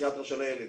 בפסיכיאטריה של הילד,